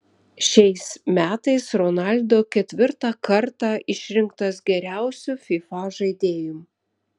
šiais metais ronaldo ketvirtą kartą išrinktas geriausiu fifa žaidėju